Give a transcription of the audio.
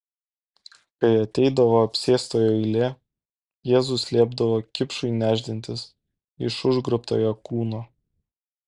kai ateidavo apsėstojo eilė jėzus liepdavo kipšui nešdintis iš užgrobtojo kūno